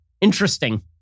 interesting